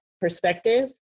perspective